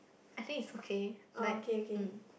I think it's okay like mm